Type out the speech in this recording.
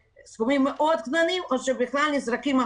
סכומים קטנים מאוד או שבכלל נזרקים החוצה.